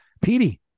Petey